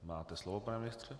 Máte slovo, pane ministře.